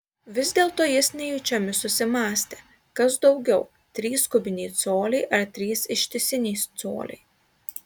vis dėlto jis nejučiomis susimąstė kas daugiau trys kubiniai coliai ar trys ištisiniai coliai